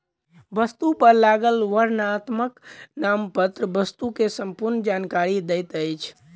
वस्तु पर लागल वर्णनात्मक नामपत्र वस्तु के संपूर्ण जानकारी दैत अछि